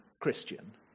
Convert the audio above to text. Christian